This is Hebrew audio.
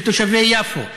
של תושבי יפו.